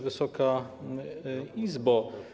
Wysoka Izbo!